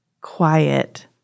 quiet